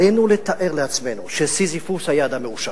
עלינו לתאר לעצמנו שסיזיפוס היה אדם מאושר,